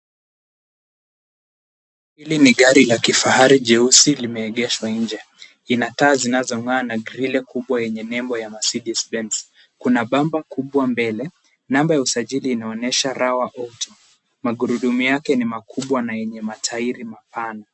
Hili ni gari la kifahari jeusi limeegeshwa nje. Ina taa zinazong'aa na grili kubwa yenye nembo ya Mercedes Benz. Kuna bumper kubwa mbele. Namba ya usajili inaonyesha Raw Auto. Magurudumu yake ni makubwa na yenye matairi mapana.